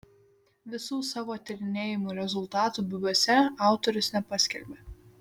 visų savo tyrinėjimų rezultatų bubiuose autorius nepaskelbė